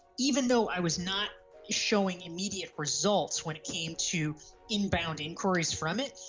even though i was not showing immediate results when it came to inbound in corey's from it,